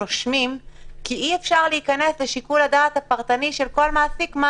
אי אפשר להיכנס לשיקול הדעת הפרטני של כל מעסיק מה